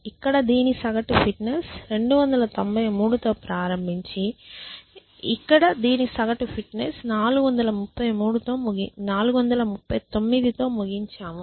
ఇక్కడ దీని సగటు ఫిట్నెస్ 293 తో ప్రారంభించి ఇక్కడ దీని సగటు ఫిట్నెస్ 439 తో ముగించాము